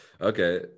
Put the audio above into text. Okay